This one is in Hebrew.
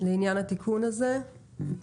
לעניין התיקון הזה, אם אפשר.